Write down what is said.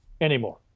Anymore